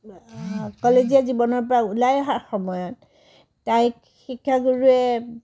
কলেজীয়া জীৱনৰ পৰা ওলাই অহাৰ সময়ত তাইক শিক্ষাগুৰুয়ে